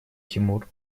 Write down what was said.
тимур